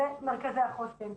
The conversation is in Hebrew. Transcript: הם מרכזי החוסן.